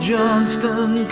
Johnston